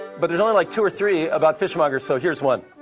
but there's only like two or three about fishmongers. so here's one.